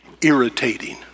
Irritating